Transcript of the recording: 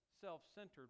self-centered